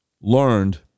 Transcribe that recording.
learned